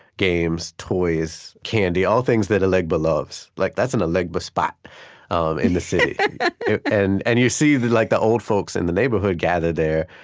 games, toys, candy all things that elegba loves. like that's an elegba spot um in the city and and you see the like the old folks in the neighborhood gather there,